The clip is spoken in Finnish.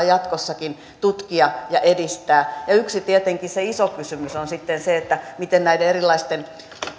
jatkossakin tutkia ja edistää yksi iso kysymys tietenkin on sitten se miten näiden erilaisten